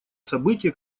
события